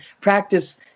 practice